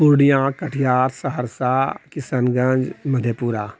Purnia Katihar Saharsa Kishanganj Madhepura